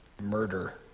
murder